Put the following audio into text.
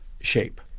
shape